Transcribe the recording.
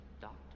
Doctor